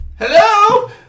Hello